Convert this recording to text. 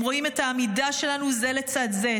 הם רואים את העמידה שלנו זה לצד זה,